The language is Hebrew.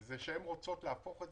הוא שהן רוצות להפוך את